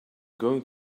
going